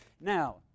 Now